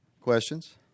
Questions